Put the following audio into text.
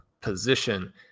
position